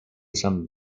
some